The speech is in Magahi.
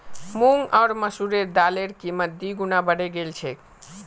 मूंग आर मसूरेर दालेर कीमत दी गुना बढ़े गेल छेक